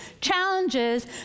challenges